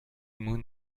moon